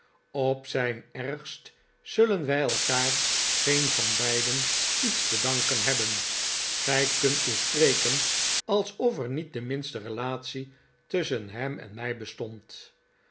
op zijn ergst zullen wij elkaar geen van beiden iets te danken hebben gij kunt dus spreken alsof er niet de minste relatie tusschen hem en mij bestond